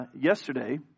yesterday